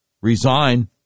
resign